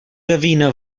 gavina